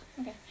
Okay